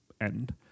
end